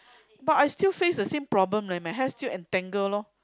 but I still face the same problem leh my hair still entangle lor